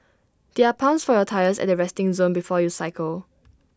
there are pumps for your tyres at the resting zone before you cycle